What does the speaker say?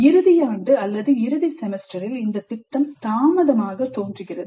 இறுதியாண்டு அல்லது இறுதி செமஸ்டரில் இந்த திட்டம் தாமதமாக தோன்றுகிறது